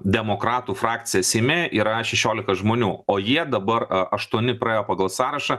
demokratų frakcija seime yra šešiolika žmonių o jie dabar aštuoni praėjo pagal sąrašą